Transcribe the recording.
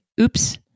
oops